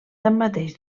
tanmateix